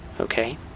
Okay